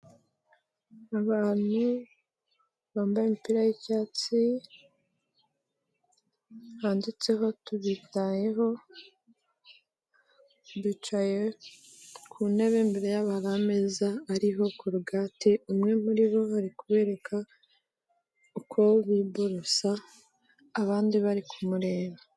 Abantu bambaye imipira y'icyatsi, handitseho ''Tubitayeho'' bicaye ku ntebe imbere yabo hari ameza ariho korogate, umwe muri bo ari kubereka uko biborosa, abandi bari kumureba.